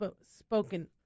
spoken